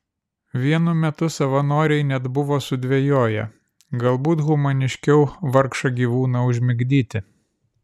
vienu metu savanoriai net buvo sudvejoję galbūt humaniškiau vargšą gyvūną užmigdyti